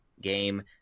game